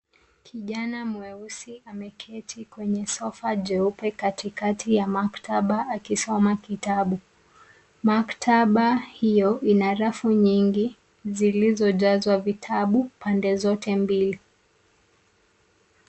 Kijana mweusi, ameketi kwenye sofa jeupe katikati ya maktaba akisoma kitabu. Maktaba hiyo, ina rafu nyingi, zilizojazwa vitabu, pande zote mbili.